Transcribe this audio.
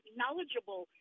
knowledgeable